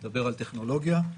טכנולוגיה.